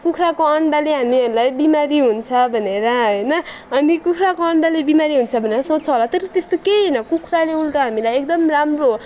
कुखुराको अन्डाले हामीहरूलाई बिमारी हुन्छ भनेर होइन अनि कुखुराको अन्डाले बिमारी हुन्छ भनेर सोच्छ होला तर त्यस्तो केही होइन कुखुराले उल्टा हामीलाई एकदम राम्रो हो